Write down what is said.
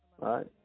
right